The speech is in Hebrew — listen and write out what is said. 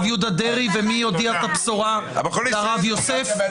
יהודה דרעי ומי הודיע את הבשורה לרב יוסף?